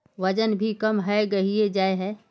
वजन भी कम है गहिये जाय है?